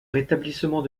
rétablissement